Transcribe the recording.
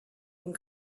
and